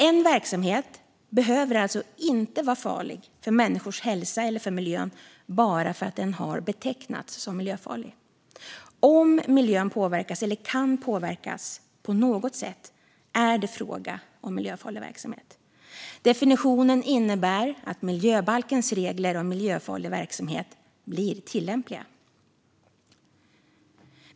En verksamhet behöver alltså inte vara farlig för människors hälsa eller för miljön bara för att den har betecknats som miljöfarlig. Om miljön påverkas eller på något sätt kan påverkas är det fråga om miljöfarlig verksamhet. Definitionen innebär att miljöbalkens regler om miljöfarlig verksamhet blir tillämpliga.